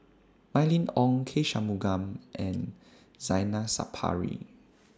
Mylene Ong K Shanmugam and Zainal Sapari